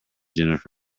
jennifer